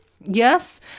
Yes